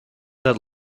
that